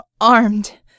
armed